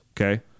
Okay